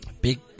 big